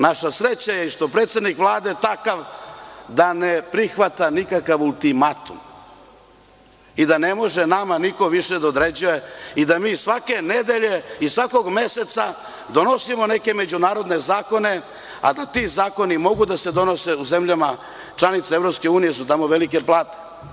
Naša sreća je i što predsednik Vlade takav da ne prihvata nikakav ultimatum i da ne može nama niko više da određuje i da mi svake nedelje i svakog meseca donosimo neke međunarodne zakone, a da ti zakoni mogu da se donose u zemljama članice EU, tamo su velike plate.